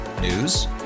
News